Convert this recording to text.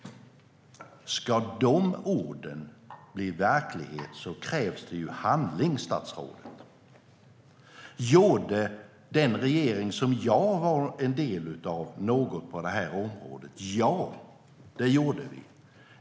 Ska de orden bli verklighet krävs det handling, statsrådet. Gjorde den regering som jag var en del av något på det här området? Ja, det gjorde den.